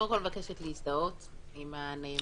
אני מבקשת להזדהות עם הנאמר.